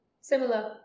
similar